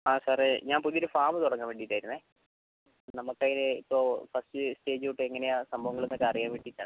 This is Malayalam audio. ആ സാറേ ഞാൻ പുതിയ ഒര് ഫാമ് തൊടങ്ങാൻ വേണ്ടീട്ടായിരുന്നേ നമുക്ക് അയിന് ഇപ്പം ഫസ്റ്റ് സ്റ്റേജ് തൊട്ട് എങ്ങനെയാ സംഭവങ്ങളെന്നൊക്കേ അറിയാൻ വേണ്ടീട്ടാണ്